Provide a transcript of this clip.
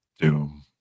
Doom